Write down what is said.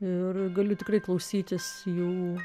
ir galiu tikrai klausytis jų